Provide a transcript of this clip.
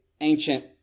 ancient